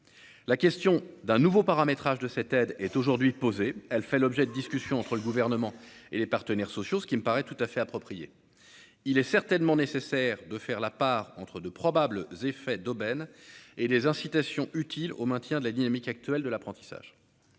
la question d'un nouveau paramétrage de cette aide est aujourd'hui posée, elle fait l'objet de discussions entre le gouvernement et les partenaires sociaux, ce qui me paraît tout à fait approprié, il est certainement nécessaire de faire la part entre 2 probable effet d'aubaine et les incitations utiles au maintien de la dynamique actuelle de l'apprentissage,